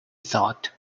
thought